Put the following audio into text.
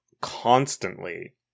constantly